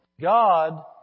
God